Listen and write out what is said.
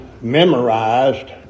memorized